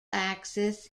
axis